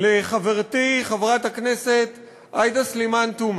לחברתי חברת הכנסת עאידה תומא סלימאן,